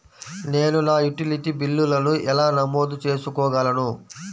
నేను నా యుటిలిటీ బిల్లులను ఎలా నమోదు చేసుకోగలను?